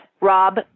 Rob